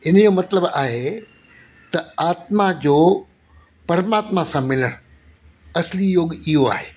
इनजो मतिलब आहे त आत्मा जो परमात्मा सां मिलण असली योग इहो आहे